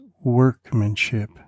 workmanship